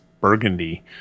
Burgundy